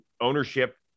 ownership